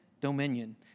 dominion